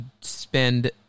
spend